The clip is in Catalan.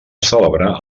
celebrar